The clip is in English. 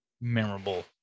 memorable